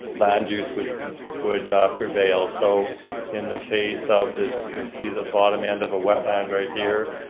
land use would would prevail. so in the case of this, you can see the bottom end of a wetland right here,